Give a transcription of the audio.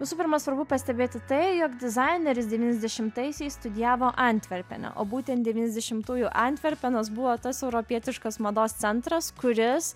visų pirma svarbu pastebėti tai jog dizaineris devyniasdešimtaisiais studijavo antverpene o būtent devyniasdešimtųjų antverpenas buvo tas europietiškas mados centras kuris